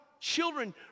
children